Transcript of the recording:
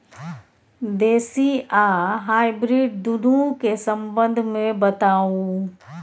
देसी आ हाइब्रिड दुनू के संबंध मे बताऊ?